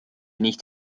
nicht